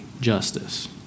justice